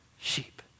sheep